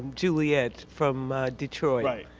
juliet from detroit.